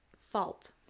fault